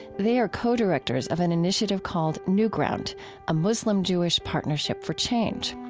they are co-directors of an initiative called newground a muslim-jewish partnership for change.